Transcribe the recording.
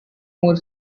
more